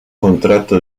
contrato